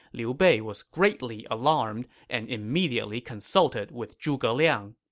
liu bei was greatly alarmed and immediately consulted with zhuge liang.